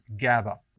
GABA